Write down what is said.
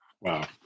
Wow